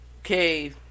Okay